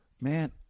man